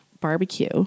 barbecue